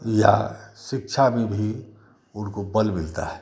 या शिक्षा में भी उनको बल मिलता है